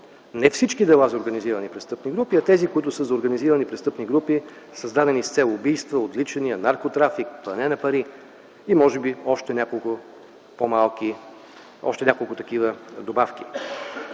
не всички дела за организирани престъпни групи, а тези, които са за организирани престъпни групи, създадени с цел убийства, отвличания, наркотрафик, пране на пари, а може би и още няколко такива добавки.